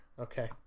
Okay